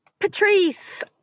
Patrice